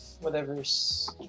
whatever's